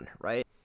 right